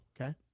Okay